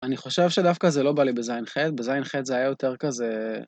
אני חושב שדווקא זה לא בא לי בז'- ח', בז'-ח' זה היה יותר כזה...